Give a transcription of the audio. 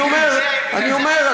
אני אומר,